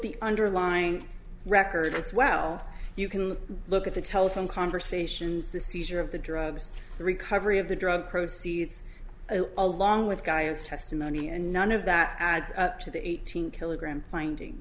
the underlying record as well you can look at the telephone conversations the seizure of the drugs the recovery of the drug proceeds along with guidance testimony and none of that adds up to the eighteen kilogram finding